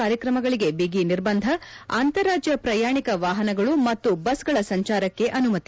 ಕಾರ್ಯಕ್ರಮಗಳಿಗೆ ಬಿಗಿ ನಿರ್ಬಂಧ ಅಂತಾರಾಜ್ಯ ಪ್ರಯಾಣಿಕ ವಾಹನಗಳು ಮತ್ತು ಬಸ್ಗಳ ಸಂಚಾರಕ್ಕೆ ಅನುಮತಿ